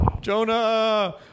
Jonah